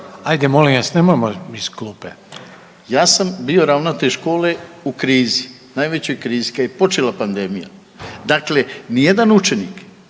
**Šimičević, Rade (HDZ)** … ja sam bio ravnatelj škole u krizi, najvećoj krizi, kad je počela pandemija. Dakle, ni jedan učenik,